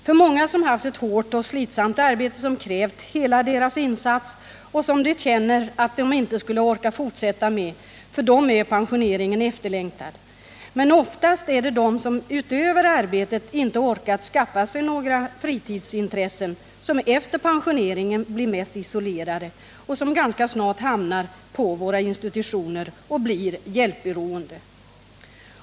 För många som haft ett hårt och slitsamt arbete, som krävt hela deras insats och som de känner att de inte skulle orka fortsätta med, är pensioneringen efterlängtad. Men oftast är det de som utöver arbetet inte orkat skaffa sig några fritidsintressen, som efter pensioneringen blir mest isolerade och som ganska snart hamnar på våra institutioner och blir hjälpberoende.